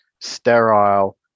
sterile